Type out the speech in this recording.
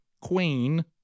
queen